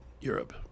Europe